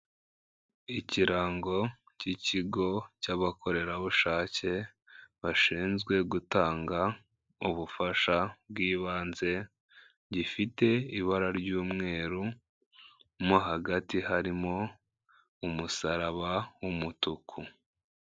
Ikirango cy'ikigo cy'abakorerabushake bashinzwe gutanga ubufasha bw'ibanze, gifite ibara ry'umweru mo hagati harimo umusaraba w'umutuku.